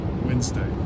Wednesday